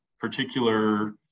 particular